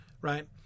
right